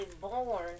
born